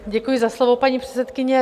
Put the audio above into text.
Děkuji za slovo, paní předsedkyně.